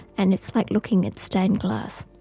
and it's like looking at stained-glass.